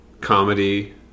comedy